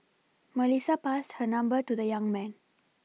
Melissa passed her number to the young man